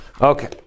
Okay